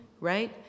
right